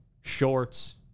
shorts